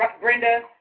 Brenda